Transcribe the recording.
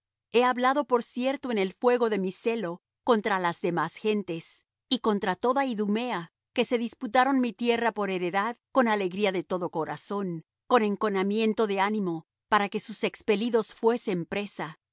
he hablado por cierto en el fuego de mi celo contra las demás gentes y contra toda idumea que se disputaron mi tierra por heredad con alegría de todo corazón con enconamiento de ánimo para que sus expelidos fuesen presa